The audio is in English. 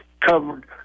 covered